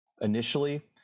initially